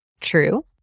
true